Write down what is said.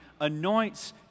anoints